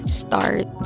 start